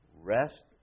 rest